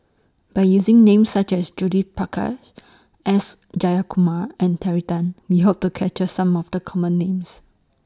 By using Names such as Judith Prakash S Jayakumar and Terry Tan We Hope to capture Some of The Common Names